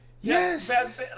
Yes